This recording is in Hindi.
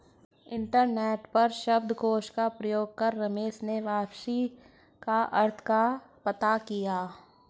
इंटरनेट पर शब्दकोश का प्रयोग कर रमेश ने वापसी का अर्थ पता किया